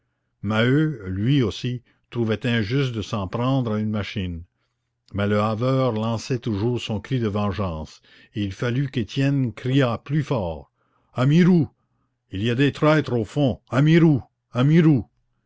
maheu lui aussi trouvait injuste de s'en prendre à une machine mais le haveur lançait toujours son cri de vengeance et il fallut qu'étienne criât plus fort a mirou il y a des traîtres au fond a mirou à mirou